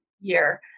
year